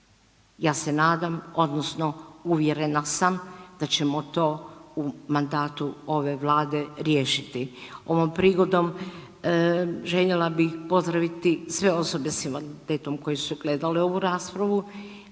Ja se nadam odnosno uvjerena sam da ćemo to u mandatu ove Vlade riješiti. Ovom prigodom željela bih pozdraviti sve osobe s invaliditetom koji su gledali ovu raspravu,